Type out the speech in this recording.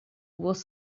was